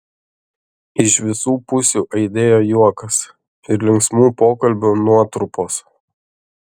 iš visu pusių aidėjo juokas ir linksmų pokalbių nuotrupos